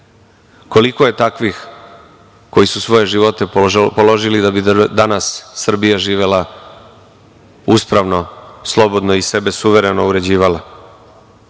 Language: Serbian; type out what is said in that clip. Koliko je takvih koji su svoje živote položili da bi danas Srbija živela uspravno, slobodno i sebe suvereno uređivala? Ovim